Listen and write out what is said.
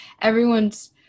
everyone's